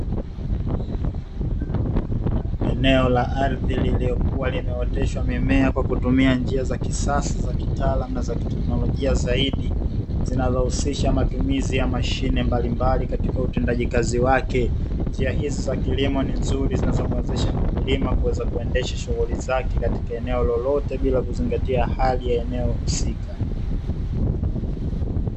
Eneo la ardhi lililokuwa limeoteshwa mimea kwa kutumia njia za kisasa za kitaalamu na za teknolojia zaidi, zinazohusisha matumizi ya mashine mbalimbali katika utendaji kazi wake njia hizi za kilimo ni nzuri zinazomwezesha mkulima kuweza kuendesha shughuli zake katika eneo lolote bila kuzingatia hali ya eneo husika.